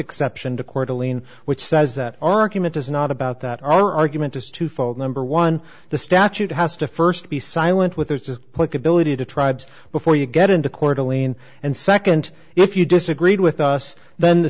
exception to court alene which says that argument is not about that our argument is twofold number one the statute has to first be silent with it's put billeted to tribes before you get into court alene and second if you disagreed with us then the